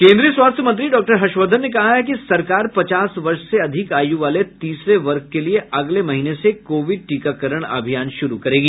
केद्रीय स्वास्थ्य मंत्री डॉक्टर हर्षवर्धन ने कहा है कि सरकार पचास वर्ष से अधिक आयु वाले तीसरे वर्ग के लिए अगले महीने से कोविड टीकाकरण अभियान शुरू करेगी